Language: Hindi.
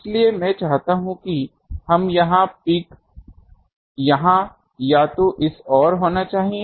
इसलिए मैं चाहता हूं कि हम यह पीक यहां या तो इस ओर होना चाहिए